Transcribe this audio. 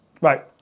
Right